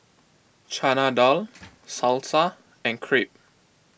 Chana Dal Salsa and Crepe